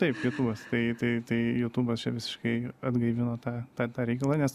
taip jutubas tai tai tai jutubas čia visiškai atgaivino tą tą tą reikalą nes